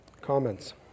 comments